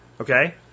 okay